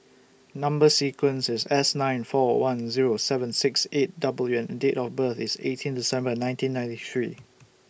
Number sequence IS S nine four one Zero seven six eight W and Date of birth IS eighteen December nineteen ninety three